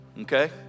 Okay